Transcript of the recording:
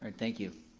and thank you.